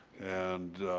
and